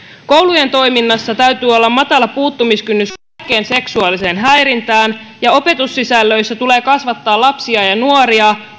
koulujen toiminnassa täytyy olla matala puuttumiskynnys kaikkeen seksuaaliseen häirintään ja opetussisällöissä tulee kasvattaa lapsia ja nuoria